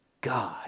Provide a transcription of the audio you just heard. God